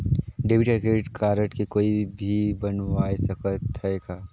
Debit या credit card के कोई भी बनवाय सकत है का?